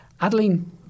Adeline